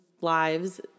lives